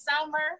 summer